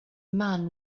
man